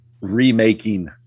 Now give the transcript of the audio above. remaking